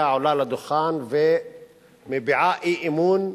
עולה לדוכן ומביעה אי-אמון בממשלה,